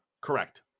Correct